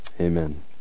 Amen